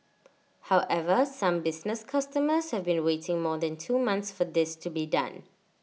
however some business customers have been waiting more than two months for this to be done